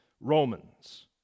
Romans